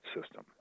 system